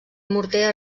morter